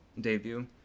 debut